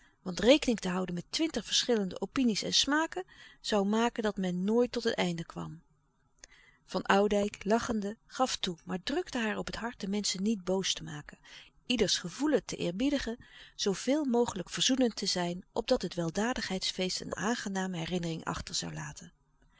want rekening te houden met twintig verschillende opinie's en smaken zoû maken louis couperus de stille kracht dat men nooit tot een einde kwam van oudijck lachende gaf toe maar drukte haar op het hart de menschen niet boos te maken ieders gevoelen te eerbiedigen zooveel mogelijk verzoenend te zijn opdat het weldadigheidsfeest een aangename herinnering achter zoû laten